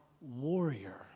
warrior